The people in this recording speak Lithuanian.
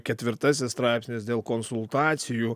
ketivrtasis straipsnis dėl konsultacijų